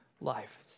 life